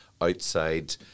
outside